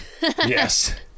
Yes